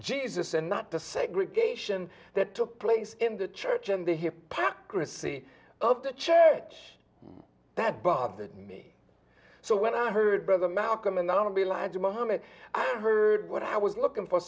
jesus and not the segregation that took place in the church and the hypocrisy of the church that bothered me so when i heard brother malcolm anonyma lied to mohammad heard what i was looking for